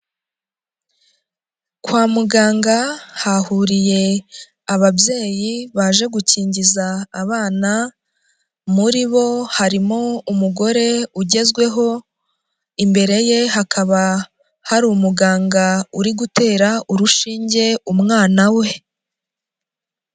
Kwa muganga hahuriye ababyeyi baje gukingiza abana muri bo harimo umugore ugezweho, imbere ye hakaba hari umuganga uri gutera urushinge umwana we.